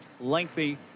lengthy